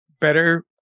better